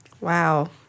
Wow